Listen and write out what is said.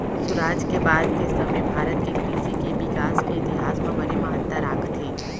सुराज के बाद के समे भारत के कृसि के बिकास के इतिहास म बने महत्ता राखथे